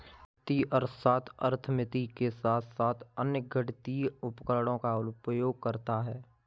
वित्तीय अर्थशास्त्र अर्थमिति के साथ साथ अन्य गणितीय उपकरणों का उपयोग करता है